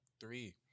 three